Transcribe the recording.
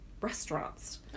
restaurants